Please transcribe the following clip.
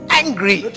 angry